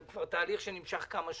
זה תהליך שנמשך כבר כמה שנים.